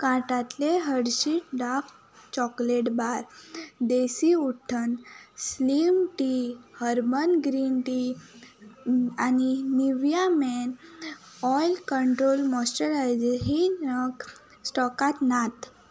कार्टांतले Hershey's dark chocolate bar देसी उट्टन slim tea herbal green tea आनी Nivea men oil control moisturiser ही नग स्टॉकांत नात